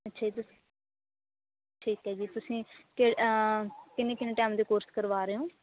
ਅੱਛਾ ਜੀ ਤੁਸੀਂ ਠੀਕ ਹੈ ਜੀ ਤੁਸੀਂ ਕੇ ਅਂ ਕਿੰਨੇ ਕਿੰਨੇ ਟੈਮ ਦੇ ਕੋਰਸ ਕਰਵਾ ਰਹੇ ਹੋ